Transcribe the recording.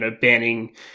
banning